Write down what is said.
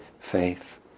faith